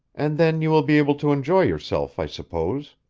and then you will be able to enjoy yourself, i suppose.